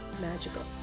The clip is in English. magical